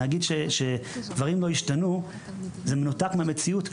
נגיד שדברים לא השתנו זה מנותק מהמציאות,